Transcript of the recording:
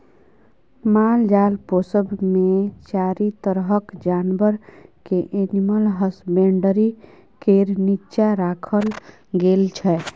मालजाल पोसब मे चारि तरहक जानबर केँ एनिमल हसबेंडरी केर नीच्चाँ राखल गेल छै